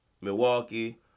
Milwaukee